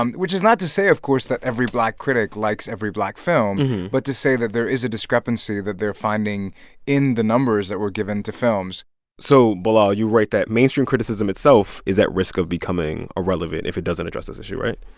um which is not to say, of course, that every black critic likes every black film but to say that there is a discrepancy that they're finding in the numbers that were given to films so, bilal, you write that mainstream criticism itself is at risk of becoming irrelevant if it doesn't address this issue, right?